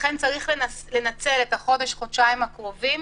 ולכן צריך לנצל את החודש-חודשיים הקרובים